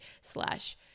slash